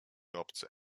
obcy